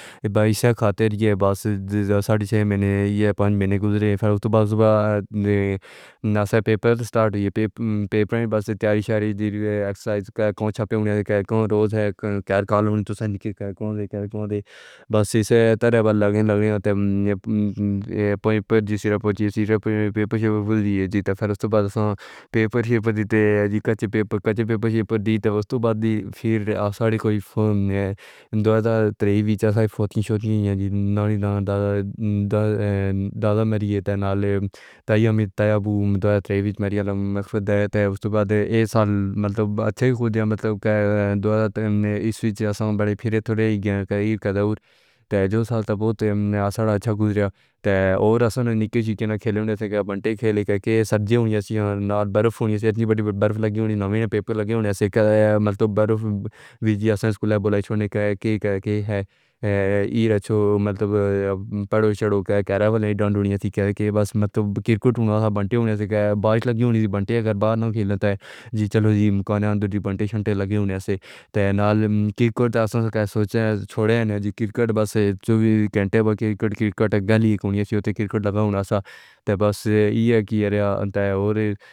یہ بھائی سیاہ خاتے یہ باس ساڑھے چھ مہینے یا پانچ مہینے گزرے پھر اس کے بعد نہ صرف پیپر سٹارٹر ہیں بلکہ تیاری شادی دی ہوئی ہے۔ ایکسرسائز کا کوئی چھپی ہوئی روزانہ روٹین ہے کہ کال ہوتی ہے، سن لیں گے کہ کون ہے۔ بس سی سی ٹائپ اے لگنے لگنے والا معاملہ ہے اور یہ پوائنٹ جی سی رپ ہوتی ہے، سی آر ایف پے پر بولی ہے جیتا تھا۔ اس کے بعد پے پر شیپ ہوتی ہے، جی کچھ پیپر کچھ پے پر شیپ ہوتی ہے تو اس کے بعد بھی کوئی فون نہیں ہوتا تھا۔ جیسے ہی پہنچی، سوچیں جی نانی دا دا دا مری ہے، تینال طیابو تیا بو دو ہزار تین میں مر یالا تھا۔ اس کے بعد یہ سال مطلب اچھے گزرا، دو ہزار عیسویں میں برف تھوڑی تھی، کیرکداوور تھا جو سال بہت اچھا گزرا تھا۔ اس نے نیچے جگہ نہ کھیلنے سے بنٹے کھیل کے سبزیاں ہوتی ہیں، سیال برف ہوتی ہے جی، بڑی برفی لگی ہوئی ہے۔ نیا پیپر لگے ہونے سے مطلب برف بھی ہوتی ہے۔ اسکول والوں نے کہا اے رچو، مطلب پڑھو اُڑو، کہرے والوں نے ڈانٹ ڈپٹ کی۔ بس میں تو کرکٹ بنتی ہوئی نہیں تھی کہ بارش لگی ہونی ہوتی ہے، اگر باہر نہ کھیلنا ہوتا۔ چلو جی کانفرنس بنتی سنٹر لگے ہوئے تھے، تینال کرکٹ سوچیں چھوڑے نہ کریں۔ بس جو بھی گینٹا کرکٹ کرکٹ گلی کوڑیا سی ہوتی تھی، کرکٹ لگاؤ نکلایا تھا، بس یہ کیا رہا تھا اور